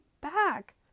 back